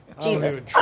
Jesus